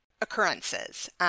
occurrences